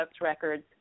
records